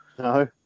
No